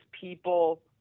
people